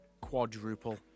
quadruple